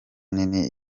nini